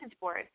board